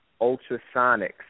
ultrasonics